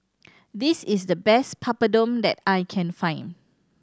this is the best Papadum that I can find